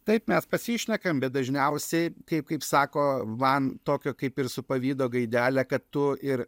taip mes pasišnekam bet dažniausiai kaip kaip sako man tokio kaip ir su pavydo gaidele kad tu ir